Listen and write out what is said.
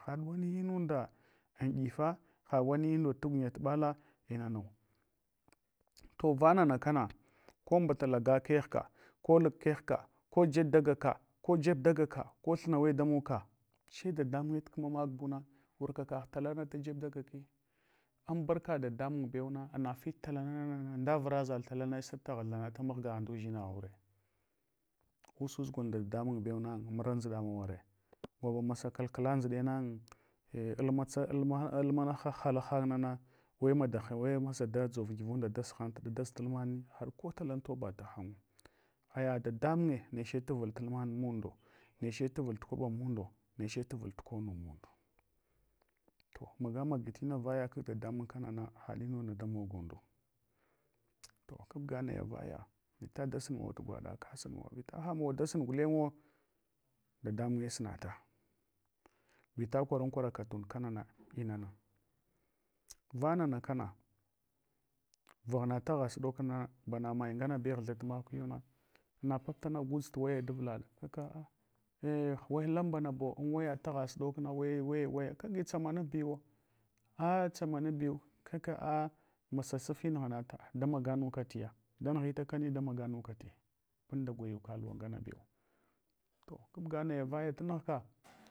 Haɗ wam munda anɗiyifau hawani munda tagunya taɓala sai nane. To vangna bana ko mata laga keghka ko lub keghka kojeb dagaka kojeb dagaka, ko thunawe damogka she dadamunye tukmabuna, wurka kagh tala jeb dagaki, anbanka dadamun bewna ana fit talana, supta ghathanuta mehgagh nduʒinaghireusus gol nda dadamun bawna murra nzuɗa maware gwaba masa kalkala nzuɗena ei almatsa, alma ei almanac halahan nana me mada wemasa dadʒovgivinda daʒtulman ni haɗ ko talqn toba lahan’ngu. Aya dada munye neche tuvul tulman munelo, neche tavul kwaɓa mundo, neche tuvul konu munda. To maga magi tina vaya kag dada mun kanana haɗ munda damog undu. To kabga naya vaya, vita dasunmawa tu gwaɗa kasun mawa, anhamawa dasun gudanwo dadamunye sunata vita kwaran kwanranka tund kanana inana, vanana kana vaghna taghasuɗna bana mayanganabe ghtha makunyana na puta putana gudʒtu waya davlaɗa, kaka wewae kagi tsamanabiwa, a tsamanabiw kaka a masa sufi nughanata, damaga nuka tiya dan nighutakani damaganukatiya banda gwayuka luwa ngana bew. T kabga naya vaya tanaghka.